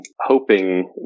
hoping